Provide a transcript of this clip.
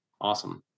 Awesome